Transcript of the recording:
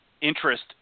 interest